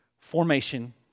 Formation